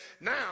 now